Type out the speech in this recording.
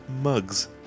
mugs